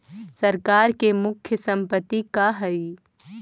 सरकार के मुख्य संपत्ति का हइ?